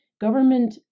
government